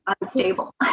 unstable